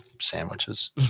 sandwiches